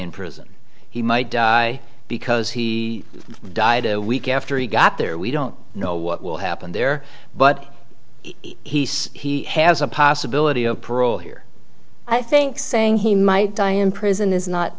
in prison he might die because he died a week after he got there we don't know what will happen there but he says he has a possibility of parole here i think saying he might die in prison is not